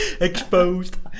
Exposed